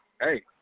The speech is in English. hey